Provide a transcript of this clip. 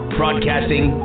broadcasting